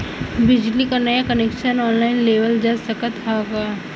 बिजली क नया कनेक्शन ऑनलाइन लेवल जा सकत ह का?